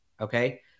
okay